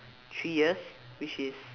three years which is